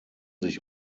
sich